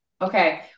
Okay